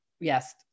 yes